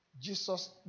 Jesus